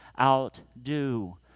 outdo